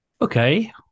Okay